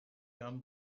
done